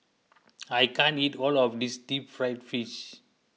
I can't eat all of this Deep Fried Fish